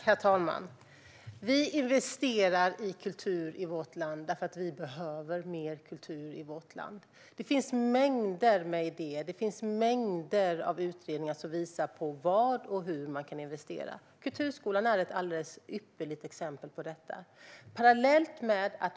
Herr talman! Vi investerar i kultur i vårt land för att vi behöver mer kultur i vårt land. Det finns mängder av idéer och utredningar som visar på vad och hur man kan investera. Kulturskolan är ett ypperligt exempel på detta.